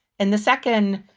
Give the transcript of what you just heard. and the second,